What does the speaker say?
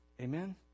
Amen